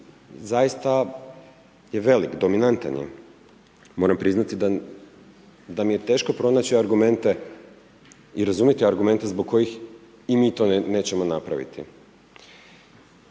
zaista je velik, dominantan je. Moram priznati da mi je teško pronaći argumente i razumjeti argumente zbog kojih i mi to nećemo napraviti.